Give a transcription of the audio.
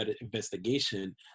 investigation